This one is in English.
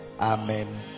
amen